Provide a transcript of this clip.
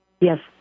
yes